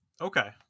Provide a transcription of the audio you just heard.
Okay